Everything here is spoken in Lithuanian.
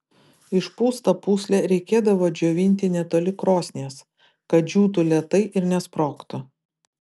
išpūstą pūslę reikėdavo džiovinti netoli krosnies kad džiūtų lėtai ir nesprogtų